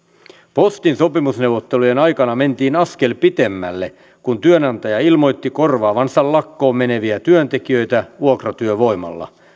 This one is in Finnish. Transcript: postin sopimusneuvottelujen aikana mentiin askel pitemmälle kun työnantaja ilmoitti korvaavansa lakkoon meneviä työntekijöitä vuokratyövoimalla